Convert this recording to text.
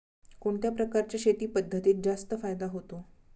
कोणत्या प्रकारच्या शेती पद्धतीत जास्त फायदा होतो?